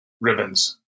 ribbons